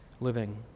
living